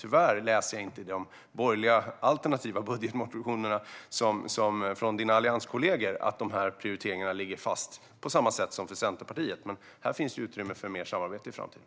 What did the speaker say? Tyvärr läser jag inte i de alternativa budgetmotionerna från dina allianskollegor att de prioriteringarna ligger fast på samma sätt som för Centerpartiet, Helena Lindahl. Men här finns det utrymme för mer samarbete i framtiden.